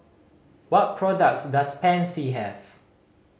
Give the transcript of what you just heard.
what products does Pansy have